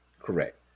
correct